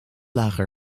lagen